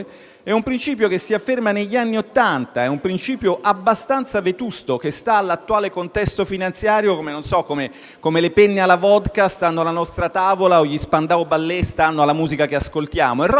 È un principio che si afferma negli anni Ottanta e, quindi, abbastanza vetusto, che sta all'attuale contesto finanziario come le penne alla *vodka* stando alla nostra tavola o gli Spandau Ballet stanno alla musica che ascoltiamo.